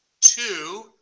two